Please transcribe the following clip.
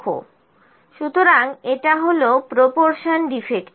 সুতরাং এটা হল প্রপরশন ডিফেক্টিভ